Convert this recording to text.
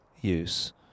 use